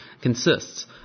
consists